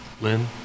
Lynn